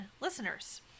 listeners